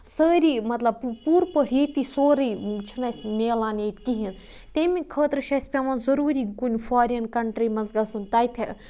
سٲری مطلب پوٗر پٲٹھۍ ییٚتی سورُے چھُنہٕ اَسہِ ملان ییٚتہِ کِہیٖنۍ تَمہِ خٲطرٕ چھُ اسہِ پیوان ضروٗری کُنہِ فارِن کَنٹری منٛز گژھُن تَتہِ